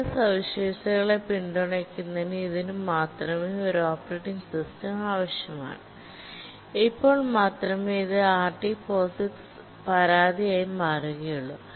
ചില സവിശേഷതകളെ പിന്തുണയ്ക്കുന്നതിന് ഇതിന് ഒരു ഓപ്പറേറ്റിംഗ് സിസ്റ്റം ആവശ്യമാണ് അപ്പോൾ മാത്രമേ ഇത് RT POSIX പരാതിയായി മാറുകയുള്ളൂ